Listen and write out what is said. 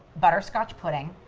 butterscotch pudding.